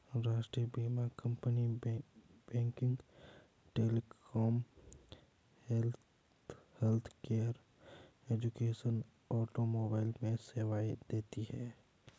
राष्ट्रीय बीमा company banking, telecom, healthcare, education, automobile में सेवाएं देती है